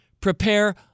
Prepare